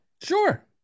Sure